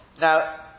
Now